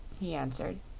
he answered.